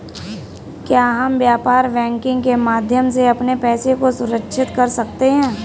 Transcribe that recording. क्या हम व्यापार बैंकिंग के माध्यम से अपने पैसे को सुरक्षित कर सकते हैं?